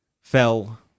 fell